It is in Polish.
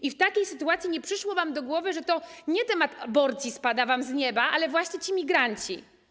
I w takiej sytuacji nie przyszło wam do głowy, że to nie temat aborcji spada wam z nieba, ale właśnie ci migranci.